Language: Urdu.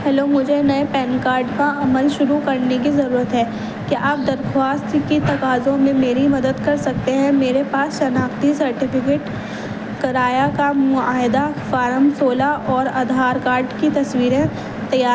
ہیلو مجھے نئے پین کاڈ کا عمل شروع کرنے کی ضرورت ہے کیا آپ درخواست کے تقاضوں میں میری مدد کر سکتے ہیں میرے پاس شناختی سرٹیفکیٹ کرایہ کا معاہدہ فارم سولہ اور آدھار کاڈ کی تصویریں تیار